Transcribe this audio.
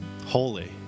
holy